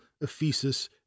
ephesus